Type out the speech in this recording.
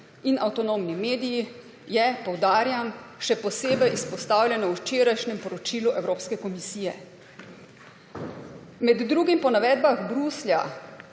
in avtonomni mediji, je, poudarjam, še posebej izpostavljeno v včerajšnjem poročilu Evropske komisije. Med drugim po navedbah Bruslja